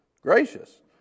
Gracious